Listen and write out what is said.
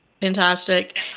Fantastic